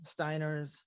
steiners